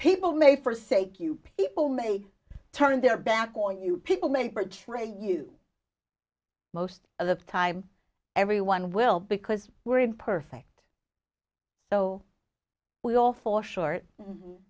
people may for sake you people may turn their back on you people neighbor trey you most of the time everyone will because we're imperfect so we all fall short